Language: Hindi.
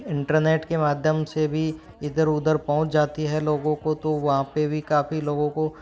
इंटरनेट के माध्यम से भी इधर उधर पहुँच जाती है लोगों को तो वहाँ पे भी काफ़ी लोगों को